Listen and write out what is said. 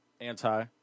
Anti